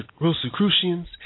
Rosicrucians